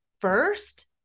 first